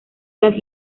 las